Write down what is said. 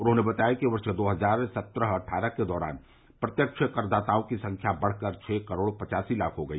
उन्होंने बताया कि वर्ष दो हजार सत्रह अट्ठारह के दौरान प्रत्यक्ष करदाताओं की संख्या बढ़कर छह करोड़ पचासी लाख हो गई